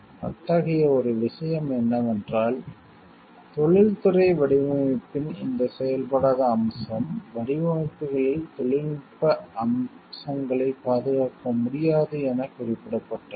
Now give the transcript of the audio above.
அத்தகைய ஒரு விஷயம் என்னவென்றால் தொழில்துறை வடிவமைப்பின் இந்த செயல்படாத அம்சம் வடிவமைப்புகளில் தொழில்நுட்ப அம்சங்களைப் பாதுகாக்க முடியாது என குறிப்பிடப்பட்டுள்ளது